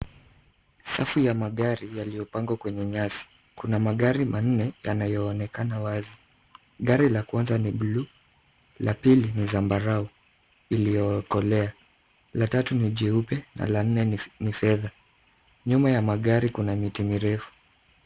Safu ya magari yaliyopangwa kwenye nyasi. Kuna magari manne yanayoonekana wazi. Gari la kwanza ni blue , la pili ni zambarau iliokolea, la tatu ni jeupe na la nne ni fedha. Nyuma ya magari kuna miti mirefu.